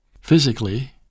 physically